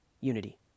unity